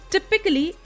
Typically